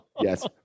Yes